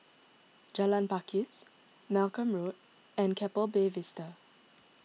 Jalan Pakis Malcolm Road and Keppel Bay Vista